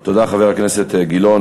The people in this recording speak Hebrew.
תודה, חבר הכנסת גילאון.